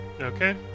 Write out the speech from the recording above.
Okay